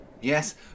Yes